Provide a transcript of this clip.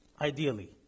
ideally